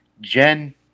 Jen